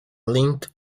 linked